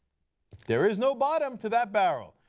there is no bottom to that barrel.